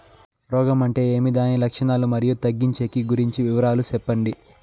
రోగం అంటే ఏమి దాని లక్షణాలు, మరియు తగ్గించేకి గురించి వివరాలు సెప్పండి?